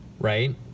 right